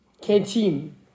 Canteen